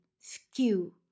skew